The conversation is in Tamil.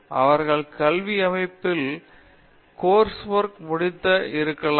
அவர்கள் கல்வி அமைப்பில் இருந்தோ சில கோர்ஸ் ஒர்க் முடித்தோ இருக்கலாம்